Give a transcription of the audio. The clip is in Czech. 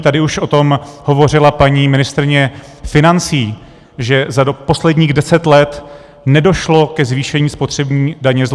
Tady už o tom hovořila paní ministryně financí, že za posledních deset let nedošlo ke zvýšení spotřební daně z lihu.